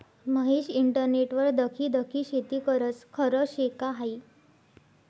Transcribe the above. महेश इंटरनेटवर दखी दखी शेती करस? खरं शे का हायी